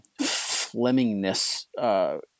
Flemingness